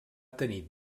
tenir